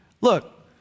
look